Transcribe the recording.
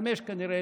חמש כנראה,